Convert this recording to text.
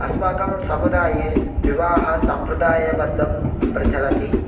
अस्माकं समुदाये विवाहसम्प्रदायबद्धं प्रचलति